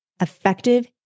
effective